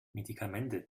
medikamente